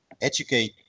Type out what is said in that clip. educate